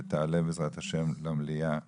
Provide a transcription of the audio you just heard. ותעלה בעזרת ה' למליאה בקרוב.